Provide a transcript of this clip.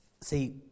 See